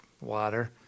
water